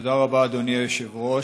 תודה רבה, אדוני היושב-ראש.